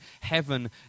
heaven